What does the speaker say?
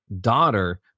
daughter